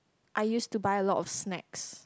I used to buy a lot of snacks